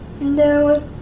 No